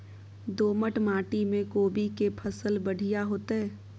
दोमट माटी में कोबी के फसल बढ़ीया होतय?